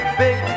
big